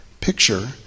picture